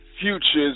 Futures